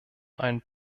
einen